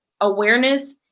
awareness